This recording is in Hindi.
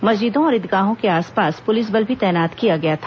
मस्जिदों और ईदगाहों के आसपास पुलिस बल भी तैनात किया गया था